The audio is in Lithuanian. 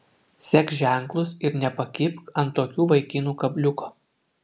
sek ženklus ir nepakibk ant tokių vaikinų kabliuko